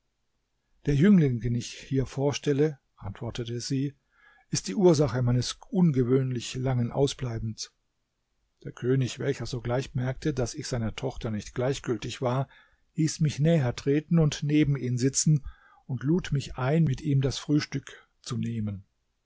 der jüngling den ich hier vorstelle antwortete sie ist die ursache meines ungewöhnlich langen ausbleibens der könig welcher sogleich merkte daß ich seiner tochter nicht gleichgültig war hieß mich näher treten und neben ihn sitzen und lud mich ein mit ihm das frühstück zu nehmen